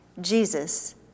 Jesus